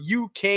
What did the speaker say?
uk